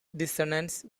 dissonance